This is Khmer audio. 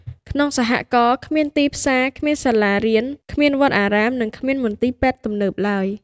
ក្នុងសហករណ៍ គ្មានទីផ្សារ គ្មានសាលារៀន គ្មានវត្តអារាម និងគ្មានមន្ទីរពេទ្យទំនើបឡើយ។